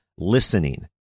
Listening